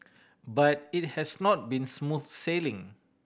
but it has not been smooth sailing